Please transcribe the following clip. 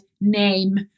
name